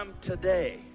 today